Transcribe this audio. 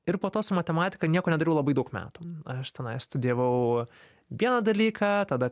ir po to su matematika nieko nedariau labai daug metų aš tenai studijavau vieną dalyką tada